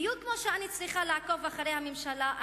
בדיוק כמו שאני צריכה לעקוב אחרי הממשלה,